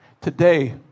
Today